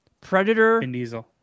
Predator